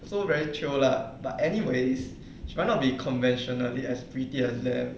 so very chio lah but anyways she might not be conventionally as prettier as them